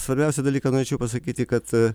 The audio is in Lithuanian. svarbiausią dalyką norėčiau pasakyti kad